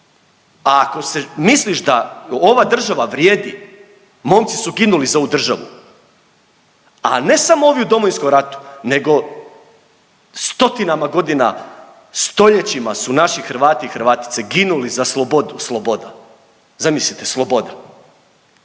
A ako se misliš da ova država vrijedi, momci su ginuli za ovu državu, a ne samo ovi u Domovinskom ratu, nego stotinama godina, stoljećima su naši Hrvati i Hrvatice ginuli za slobodu sloboda, zamislite sloboda,